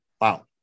wow